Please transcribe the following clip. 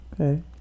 Okay